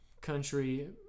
country